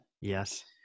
Yes